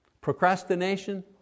Procrastination